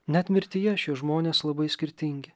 net mirtyje šie žmonės labai skirtingi